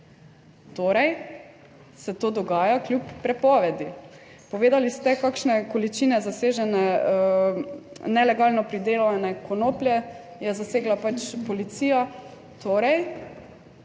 Torej se to dogaja kljub prepovedi. Povedali ste, kakšne količine zasežene nelegalno pridelane konoplje je zasegla pač policija - torej,